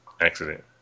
accident